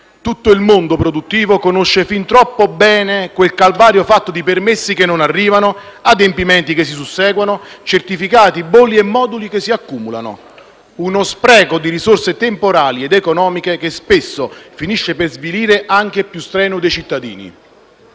tutto il mondo produttivo conosce fin troppo bene quel calvario fatto di permessi che non arrivano, adempimenti che si susseguono, certificati, bolli e moduli che si accumulano. Uno spreco di risorse temporali ed economiche che spesso finisce per svilire anche il più strenuo dei cittadini.